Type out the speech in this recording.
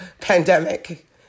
pandemic